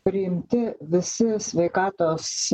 priimti visi sveikatos